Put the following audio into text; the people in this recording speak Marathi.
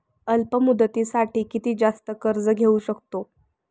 अल्प मुदतीसाठी किती जास्त कर्ज घेऊ शकतो?